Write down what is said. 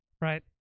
right